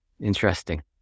Interesting